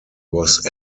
was